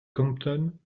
compton